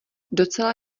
docela